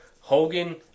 Hogan